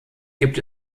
gibt